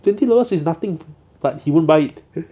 twenty dollars is nothing but he won't buy it